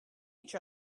each